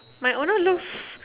my older looks